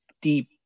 deep